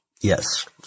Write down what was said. Yes